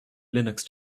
linux